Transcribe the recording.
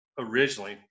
originally